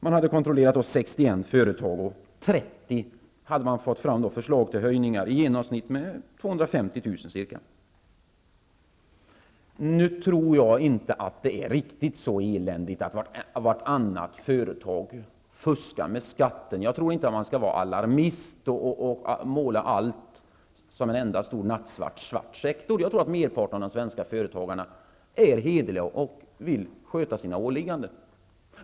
Man hade kontrollerat 61 företag, och för 30 hade man fått fram förslag till höjningar med i genomsnitt ca Nu tror jag inte alls att det är riktigt så eländigt som att vartannat företag fuskar med skatten. Jag tycker inte att man skall vara alarmist och måla allt som en enda stor nattsvart säck. Jag tror att merparten av de svenska företagarna är hederliga och vill sköta sina åligganden.